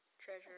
treasure